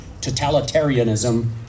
totalitarianism